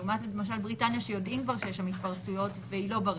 לעומת למשל בריטניה שיודעים כבר שיש שם התפרצויות והיא לא ברשימה.